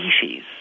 species